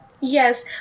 yes